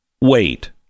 wait